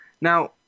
Now